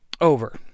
over